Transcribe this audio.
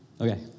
Okay